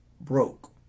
Broke